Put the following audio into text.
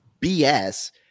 BS